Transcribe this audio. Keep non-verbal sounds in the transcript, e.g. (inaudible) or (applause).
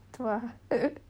itu ah (laughs)